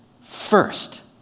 first